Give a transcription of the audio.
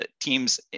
teams